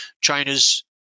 China's